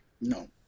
No